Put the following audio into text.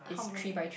how many